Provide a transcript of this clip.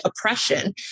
oppression